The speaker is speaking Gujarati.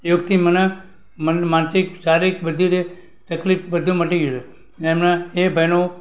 યોગથી મને મન માનસિક શારીરિક બધી રીતે તકલીફ બધી મટી ગયું અને એમના એ ભાઈનું